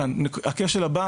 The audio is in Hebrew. הכשל הבא